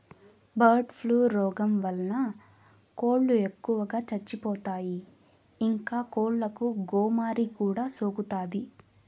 bird flu రోగం వలన కోళ్ళు ఎక్కువగా చచ్చిపోతాయి, ఇంకా కోళ్ళకు గోమారి కూడా సోకుతాది